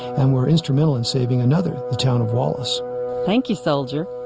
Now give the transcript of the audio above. and were instrumental in saving another the town of wallace thank you soldier